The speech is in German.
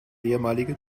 ehemalige